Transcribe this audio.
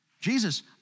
Jesus